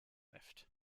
lift